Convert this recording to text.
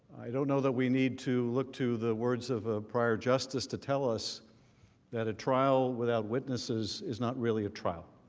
i don't know that we need to look to the words of ah a justice to tell us that a trial without when this is is not really a trial.